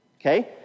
Okay